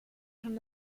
schon